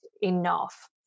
enough